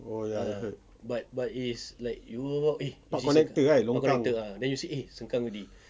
oh ya I heard park connector kan lebih kurang